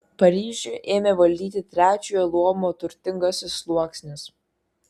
paryžių ėmė valdyti trečiojo luomo turtingasis sluoksnis